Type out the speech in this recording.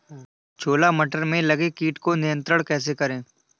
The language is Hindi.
छोला मटर में लगे कीट को नियंत्रण कैसे करें?